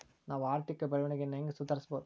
ನಾವು ಆರ್ಥಿಕ ಬೆಳವಣಿಗೆಯನ್ನ ಹೆಂಗ್ ಸುಧಾರಿಸ್ಬಹುದ್?